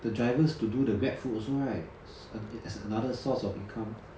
the drivers to do the Grab food also right as as another source of income